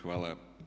Hvala.